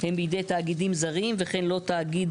הם בידי תאגידים זרים וכן לא תאגיד